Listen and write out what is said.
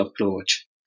approach